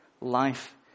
Life